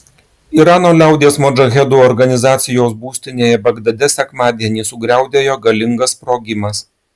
irano liaudies modžahedų organizacijos būstinėje bagdade sekmadienį sugriaudėjo galingas sprogimas